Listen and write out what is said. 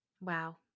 wow